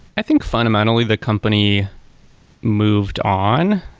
i think fundamentally, the company moved on.